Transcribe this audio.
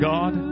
God